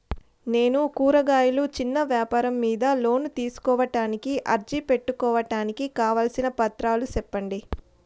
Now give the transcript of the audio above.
నేను కూరగాయలు చిన్న వ్యాపారం మీద లోను తీసుకోడానికి అర్జీ పెట్టుకోవడానికి కావాల్సిన పత్రాలు సెప్పండి?